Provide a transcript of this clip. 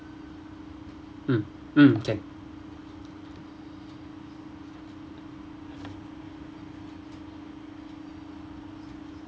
mm mm can